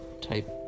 type